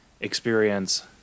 experience